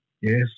yes